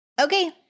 Okay